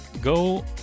Go